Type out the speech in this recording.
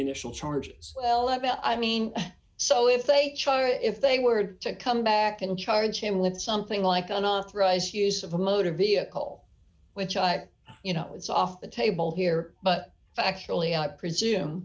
initial charges i mean so if they if they were to come back and charge him with something like on authorize use of a motor vehicle which i you know it's off the table here but actually i presume